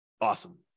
Awesome